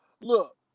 look